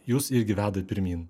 jus irgi veda pirmyn